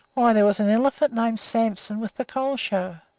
why, there was an elephant named samson with the cole show,